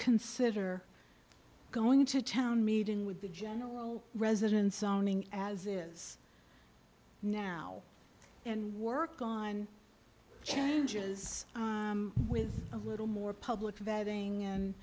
consider going to town meeting with the general residents zoning as it is now and work on changes with a little more public vetting